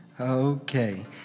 Okay